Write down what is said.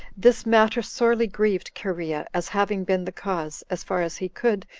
this matter sorely grieved cherea, as having been the cause, as far as he could,